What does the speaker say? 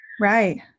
Right